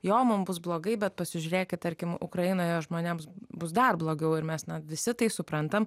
jo mums bus blogai bet pasižiūrėkit tarkim ukrainoje žmonėms bus dar blogiau ir mes ne visi tai suprantame